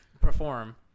perform